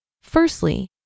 Firstly